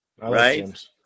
Right